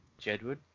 Jedward